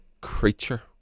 creature